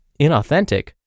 inauthentic